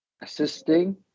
assisting